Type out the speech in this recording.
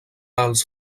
els